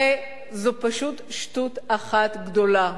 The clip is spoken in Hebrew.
הרי זו פשוט שטות אחת גדולה.